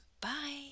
Bye